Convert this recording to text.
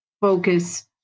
focus